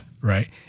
Right